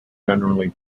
generally